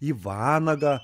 į vanagą